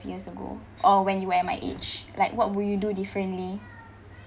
years ago or when you were at my age like what would you do differently